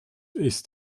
ist